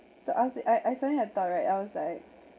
so I was I I suddenly have a thought right